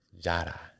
Jara